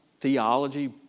theology